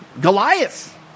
Goliath